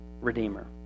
redeemer